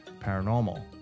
paranormal